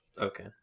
okay